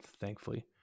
thankfully